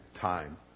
time